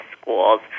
schools